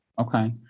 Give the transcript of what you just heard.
Okay